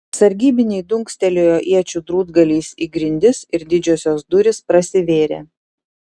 sargybiniai dunkstelėjo iečių drūtgaliais į grindis ir didžiosios durys prasivėrė